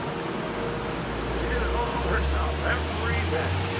caressingly she did it all herself every bit,